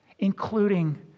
including